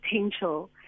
potential